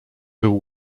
był